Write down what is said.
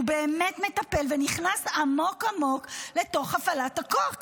הוא באמת מטפל ונכנס עמוק עמוק לתוך הפעלת הכוח.